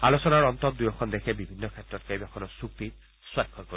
আলোচনাৰ অন্তত দুয়োখন দেশে বিভিন্ন ক্ষেত্ৰত কেইবাখনো চুক্তি স্বাক্ষৰ কৰিব